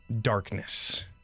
darkness